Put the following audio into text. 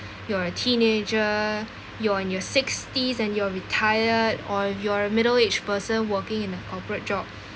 you're a teenager you're in your sixties and you're retired or you're a middle aged person working in a corporate job